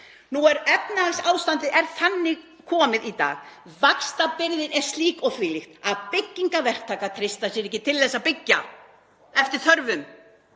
Nú er efnahagsástandinu þannig komið í dag, vaxtabyrðin er slík og þvílík, að byggingarverktakar treysta sér ekki til að byggja eftir þörfum.